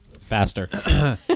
Faster